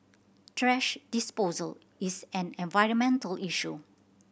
trash disposal is an environmental issue